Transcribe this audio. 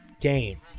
game